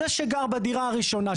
זה שגר בדירה הראשונה,